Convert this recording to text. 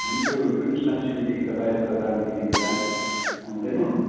हामी त्यो जुन साइन्स सिटीदेखि त बाहिर त जानु दिने कुरा आउँदैन हो